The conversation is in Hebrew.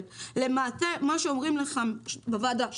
למעשה, מה שאומרים לכם בוועדה שקורה,